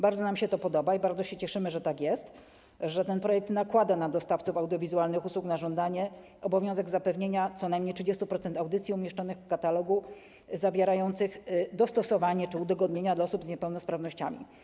Bardzo nam się to podoba i bardzo się cieszymy, że tak jest, że ten projekt nakłada na dostawców audiowizualnych usług na żądanie obowiązek zapewnienia co najmniej 30% audycji umieszczonych w katalogu zawierających dostosowanie czy udogodnienia dla osób z niepełnosprawnościami.